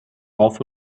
rauf